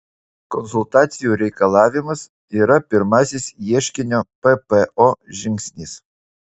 konsultacijų reikalavimas yra pirmasis ieškinio ppo žingsnis